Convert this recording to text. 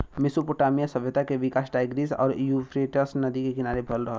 Mesopotamia सभ्यता के विकास टाईग्रीस आउर यूफ्रेटस नदी के किनारे भयल रहल